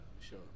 Sure